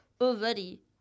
already